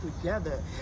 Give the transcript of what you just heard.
together